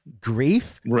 grief